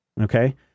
okay